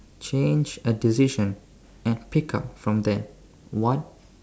change a decision and pick up from there what